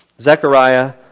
Zechariah